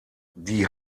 die